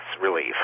relief